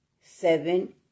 seven